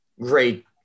great